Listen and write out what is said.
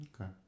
okay